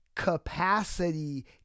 capacity